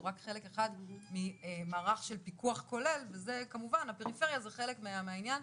הוא רק חלק אחד ממערך של פיקוח כולל וכמובן הפריפריה זה חלק מהעניין.